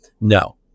No